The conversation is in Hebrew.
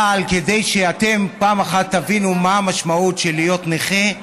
אבל כדי שאתם פעם אחת תבינו מה המשמעות של להיות נכה,